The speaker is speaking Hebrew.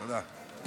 תודה.